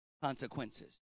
Consequences